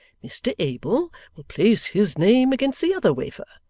mr abel will place his name against the other wafer,